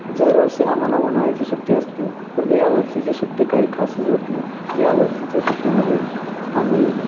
दरवर्षी आम्हाला उन्हाळ्याची सुट्टी असते पण या वर्षीची सुट्टी काही खासच होती या वर्षीच्या सुट्टीमध्ये आम्ही